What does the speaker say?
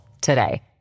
today